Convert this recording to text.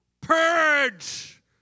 purge